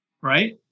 right